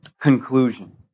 conclusion